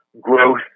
growth